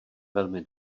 velmi